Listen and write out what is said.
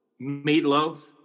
Meatloaf